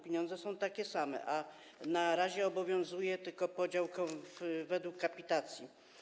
Pieniądze są takie same, a na razie obowiązuje tylko podział według kapitacji.